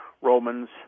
Romans